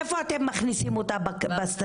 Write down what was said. איפה אתם מכניסים אותה בסטטיסטיקה?